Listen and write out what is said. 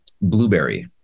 blueberry